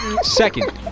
Second